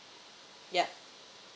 yup